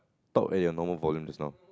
talk at your normal volumes just now